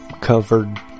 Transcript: covered